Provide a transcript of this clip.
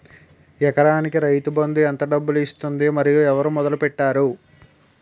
ఎకరానికి రైతు బందు ఎంత డబ్బులు ఇస్తుంది? మరియు ఎవరు మొదల పెట్టారు?